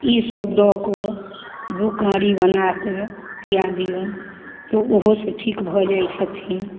ईसब दऽ कऽ दुइ काँड़ी बनाकऽ पिआ दिऔन तऽ ओहोसे ठीक भऽ जाइ छथिन